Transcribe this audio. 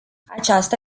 aceasta